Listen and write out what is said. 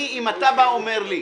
אני, אם אתה בא ואומר לי,